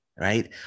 Right